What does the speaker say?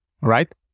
right